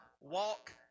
walk